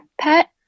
pet